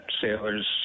sailors